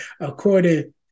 according